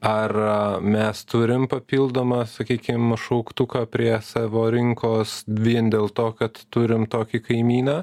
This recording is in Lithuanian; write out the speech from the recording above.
ar mes turim papildomą sakykim šauktuką prie savo rinkos vien dėl to kad turim tokį kaimyną